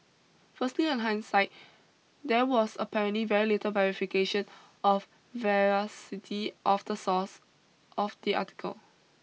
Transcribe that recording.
firstly on hindsight there was apparently very little verification of veracity of the source of the article